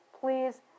please